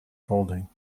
folding